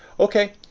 okay,